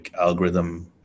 algorithm